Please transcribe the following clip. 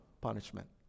punishment